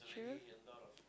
true